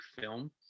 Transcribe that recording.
film